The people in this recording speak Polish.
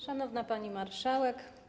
Szanowna Pani Marszałek!